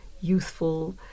youthful